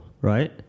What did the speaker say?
right